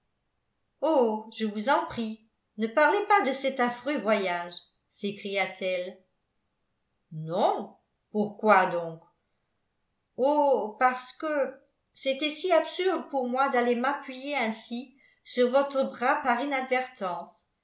oh je vous en prie ne parlez pas de cet affreux voyage s'écria-t-elle non pourquoi donc oh parce que c'était si absurde pour moi d'aller m'appuyer ainsi sur votre bras par inadvertance